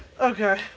Okay